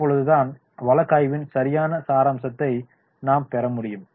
அப்பொழுதுதான் வழக்காய்வின் சரியான சாராம்சத்தை நாம் பெற முடியும்